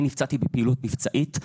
אני נפצעתי בפעילות מבצעית,